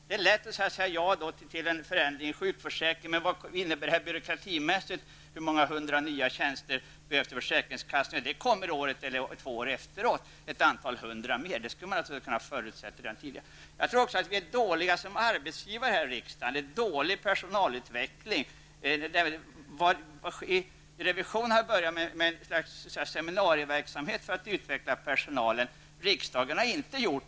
Det är lätt att säga ja till en förändring t.ex. i fråga om sjukförsäkringen. Men sedan gäller det att beakta vad förändringen i fråga innebär för byråkratin. Man måste undersöka hur många hundra nya tjänster som kommer att behövas vid försäkringskassorna. Men sådant aktualiseras först ett eller ett par år senare. Det kan ju röra sig om att ytterligare ett antal hundra personer kommer att behövas. Men det kunde man, som sagt, ha förutsett. Jag tror också att riksdagen är en dålig arbetsgivare. Personalutvecklingen är dålig. Revisionen har börjat med ett slags seminarieverksamhet för personalutveckling. Men det har inte riksdagen gjort.